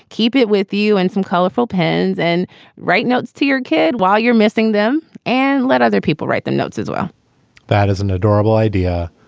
keep it with you and some colorful pens and write notes to your kid while you're missing them and let other people write them notes as well that is an adorable idea.